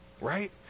right